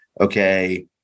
okay